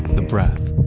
the breath,